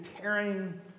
tearing